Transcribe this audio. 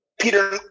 Peter